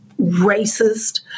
racist